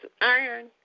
Iron